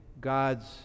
God's